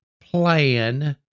plan